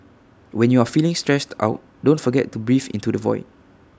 when you are feeling stressed out don't forget to breathe into the void